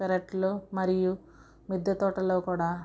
పెరట్లో మరియు మిద్దె తోటలో కూడా